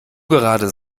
gerade